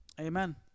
Amen